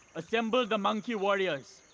assemble the monkey warriors.